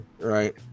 right